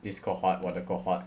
this cohort 我的 cohort